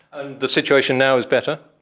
and the situation now is better?